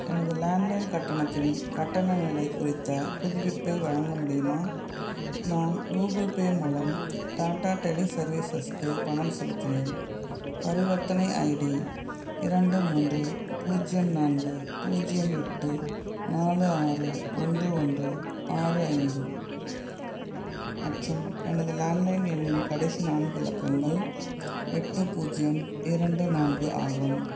எனது லேண்ட்லைன் கட்டணத்தின் கட்டண நிலைக் குறித்த புதுப்பிப்பை வழங்க முடியுமா நான் கூகுள் பே மூலம் டாட்டா டெலி சர்வீஸஸுக்கு பணம் செலுத்தினேன் பரிவர்த்தனை ஐடி இரண்டு மூன்று பூஜ்ஜியம் நான்கு பூஜ்ஜியம் எட்டு நாலு ஆறு ஒன்று ஒன்று ஆறு ஐந்து மற்றும் எனது லேண்ட்லைன் எண்ணின் கடைசி நான்கு இலக்கங்கள் எட்டு பூஜ்ஜியம் இரண்டு நான்கு ஆகும்